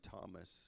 Thomas